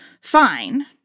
fine